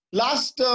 last